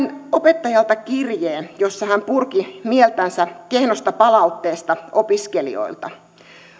opettajalta kirjeen jossa hän purki mieltänsä kehnosta palautteesta opiskelijoilta